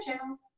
channels